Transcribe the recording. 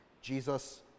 Jesus